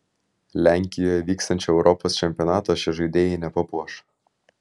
lenkijoje vyksiančio europos čempionato šie žaidėjai nepapuoš